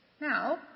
Now